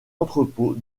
entrepôts